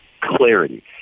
clarity